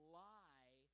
lie